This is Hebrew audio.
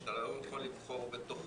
שאתה לא יכול לבחור בתוכו.